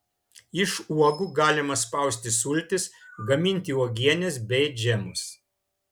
iš uogų galima spausti sultis gaminti uogienes bei džemus